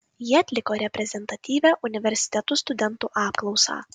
jie atliko reprezentatyvią universitetų studentų apklausą